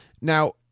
now